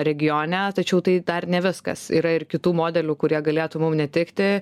regione tačiau tai dar ne viskas yra ir kitų modelių kurie galėtų mum netikti